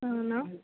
అవునా